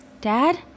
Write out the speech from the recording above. Dad